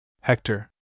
Hector